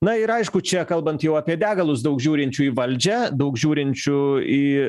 na ir aišku čia kalbant jau apie degalus daug žiūrinčių į valdžią daug žiūrinčių į